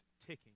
ticking